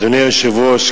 אדוני היושב-ראש,